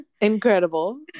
Incredible